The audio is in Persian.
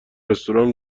رستوران